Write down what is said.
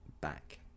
back